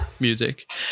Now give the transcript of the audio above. Music